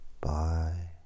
Bye